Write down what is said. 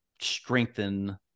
strengthen